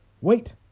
Wait